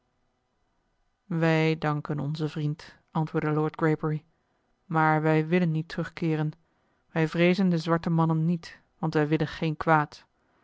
wij danken onzen vriend antwoordde lord greybury maar wij willen niet terugkeeren wij vreezen de zwarte mannen niet want wij willen geen kwaad